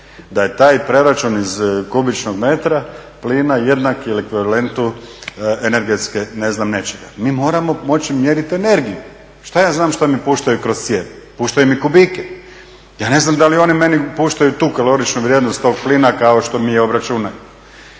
da je taj preračun iz kubičnog metra plina jednak ekvivalentu energetske ne znam nečega. Mi moramo moći mjeriti energiju. Šta ja znam šta mi puštaju kroz cijev. Puštaju mi kubike. Ja ne znam da li oni meni puštaju tu kaloričnu vrijednost tog plina kao što mi je obračunaju.